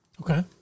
Okay